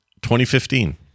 2015